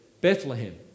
Bethlehem